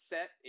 Set